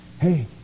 Hey